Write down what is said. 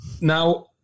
now